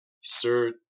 Sir